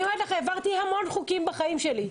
אני אומרת לך, העברתי המון חוקים בחיים שלי.